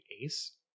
ace